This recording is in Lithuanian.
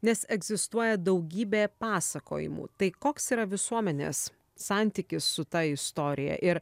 nes egzistuoja daugybė pasakojimų tai koks yra visuomenės santykis su ta istorija ir